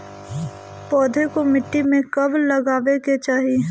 पौधे को मिट्टी में कब लगावे के चाही?